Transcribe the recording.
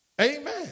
Amen